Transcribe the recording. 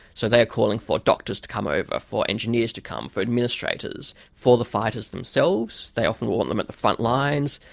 so they are calling for doctors to come over, for engineers to come, for administrators. for the fighters themselves, they often want them at the front lines.